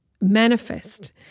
manifest